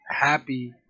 happy